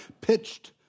pitched